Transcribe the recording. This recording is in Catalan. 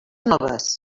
noves